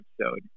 episode